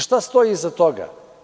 Šta stoji iza toga?